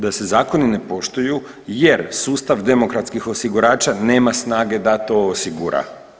Da se zakoni ne poštuju jer sustav demokratskih osigurača nema snage da to osigura.